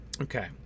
Okay